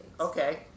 Okay